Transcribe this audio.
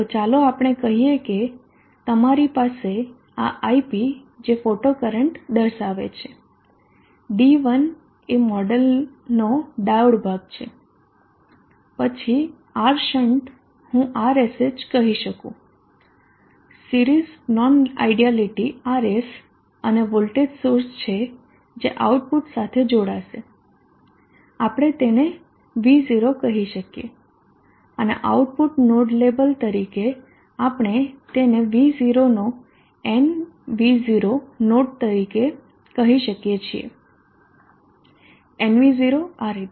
તો ચાલો આપણે કહીએ કે તમારી પાસે આ Ip જે ફોટો કરંટ દર્શાવે છે D1 એ મોડેલનો ડાયોડ ભાગ છે પછી R શંટ હું Rsh કહી શકું સિરીઝ નોન આયડયાલીટી Rs અને વોલ્ટેજ સોર્સ છે જે આઉટપુટ સાથે જોડાશે આપણે તેને V0 કહી શકીયે અને આઉટપુટ નોડ લેબલ તરીકે આપણે તેને V0 નો nV0 નોડ તરીકે કહી શકીએ છીએ nV0 આ રીતે